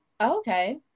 Okay